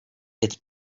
its